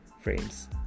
frames